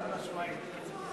חד-משמעית.